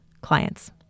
clients